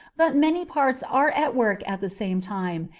but many parts are at work at the same time,